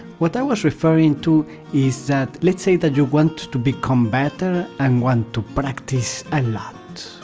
what i was referring to is that let's say that you want to become better and want to practice a lot,